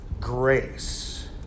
grace